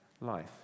life